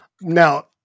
Now